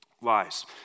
lies